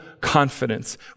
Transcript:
confidence